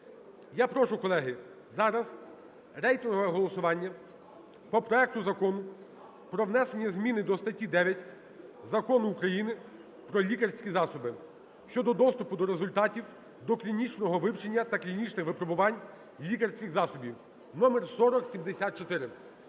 Я прошу, колеги, зараз рейтингове голосування по проекту Закону про внесення зміни до статті 9 Закону України "Про лікарські засоби" (щодо доступу до результатів доклінічного вивчення та клінічних випробувань лікарських засобів) (№ 4074).